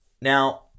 Now